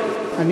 התשובה,